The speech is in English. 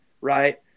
right